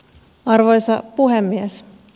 arvoisa puhemies